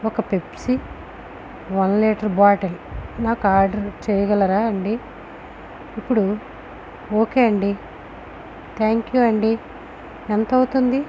ఒక Pepsi one litre bottle నాకు order చేయగలరా అండి ఇప్పుడు ఓకే అండి థ్యాంక్ యూ అండి ఎంత అవుతుంది